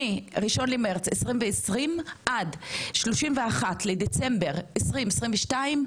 מ-1 למרץ 2020 עד 31 לדצמבר 2022,